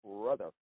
brother